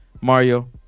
Mario